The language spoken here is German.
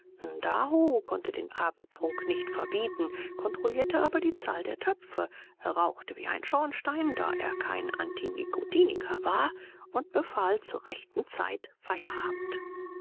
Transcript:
ndaho konnte den abendtrunk nicht verbieten kontrollierte aber die zahl der töpfe rauchte wie ein schornstein da er kein antinikotiniker war und befahl zur rechten zeit feierabend